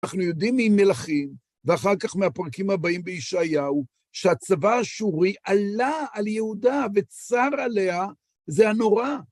אנחנו יודעים ממלכים, ואחר כך מהפרקים הבאים בישעיהו, שהצבא השורי עלה על יהודה וצר עליה, זה הנורא.